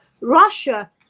Russia